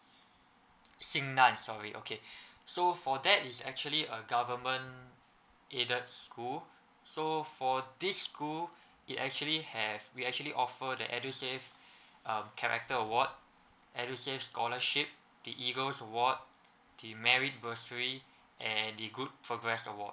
xin nan sorry okay so for that is actually a government aided school so for this school it actually have we actually offer the edusave um character award edusave scholarship the eagles award the merit bursary and the good progress award